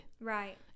Right